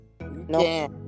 no